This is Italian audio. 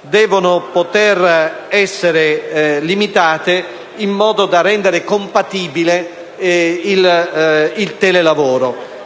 devono poter essere limitate in modo da rendere compatibile il telelavoro,